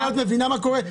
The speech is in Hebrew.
את מבינה מה קורה?